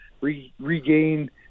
regain